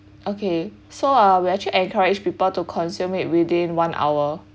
okay so uh we actually encourage people to consume it within one hour